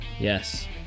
yes